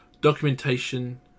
documentation